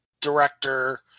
director